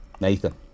Nathan